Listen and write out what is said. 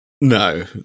no